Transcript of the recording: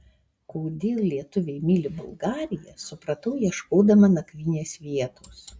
kodėl lietuviai myli bulgariją supratau ieškodama nakvynės vietos